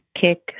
kick